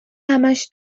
همش